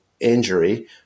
injury